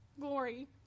glory